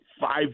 five